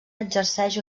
exerceix